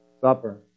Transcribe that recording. Supper